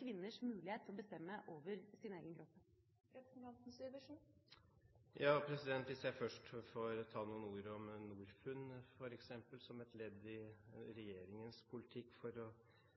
kvinners mulighet til å bestemme over sin egen kropp? Hvis jeg først får ta noen ord om Norfund, f.eks., som et ledd i regjeringens politikk for